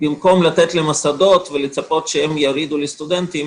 במקום לתת למוסדות ולצפות שהם יורידו לסטודנטים,